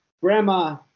Grandma